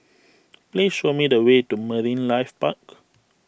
please show me the way to Marine Life Park